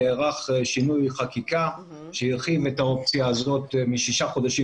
נערך שינוי חקיקה שהרחיב את האופציה הזאת משישה חודשים